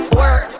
work